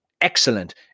excellent